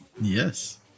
Yes